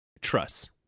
Trust